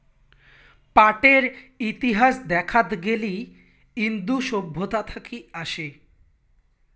পাটের ইতিহাস দেখাত গেলি ইন্দু সভ্যতা থাকি আসে